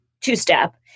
two-step